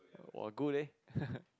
!wah! good leh